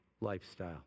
lifestyle